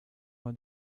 why